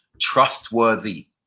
trustworthy